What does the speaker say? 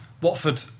Watford